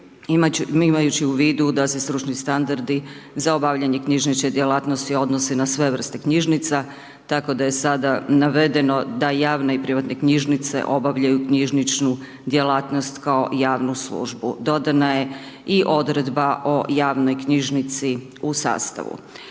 imajući u vidu da se stručni standardi za obavljanje knjižnične djelatnosti odnosi na sve vrste knjižnica, tako da je sada navedeno da javne i privatne knjižnice obavljaju knjižničnu djelatnost kao javnu službu. Dodana je i Odredba o javnoj knjižnici u sastavu.